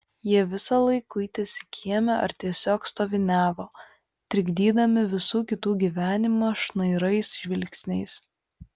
jie visąlaik kuitėsi kieme ar tiesiog stoviniavo trikdydami visų kitų gyvenimą šnairais žvilgsniais